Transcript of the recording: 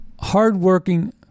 hardworking